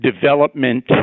development